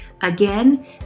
Again